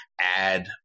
add